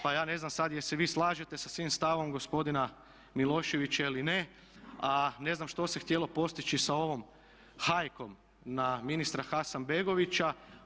Pa ja ne znam sada jel' se vi slažete sa tim stavom gospodina Miloševića ili ne, a ne znam što se htjelo postići sa ovom hajkom na ministra Hasanbegovića.